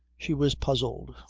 she was puzzled.